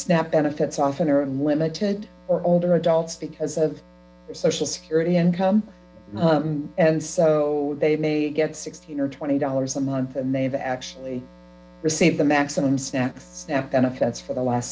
snap benefits often limited or older adults because of social security income and so they may get sixteen or twenty dollars a month and they've actually received the maximum snacks snap benefits for the last